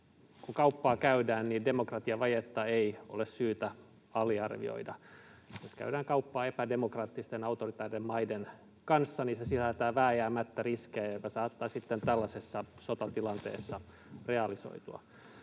kun kauppaa käydään, niin demokratiavajetta ei ole syytä aliarvioida. Jos käydään kauppaa epädemokraattisten, autoritääristen maiden kanssa, niin se sisältää vääjäämättä riskejä, jotka saattavat sitten tällaisessa sotatilanteessa realisoitua.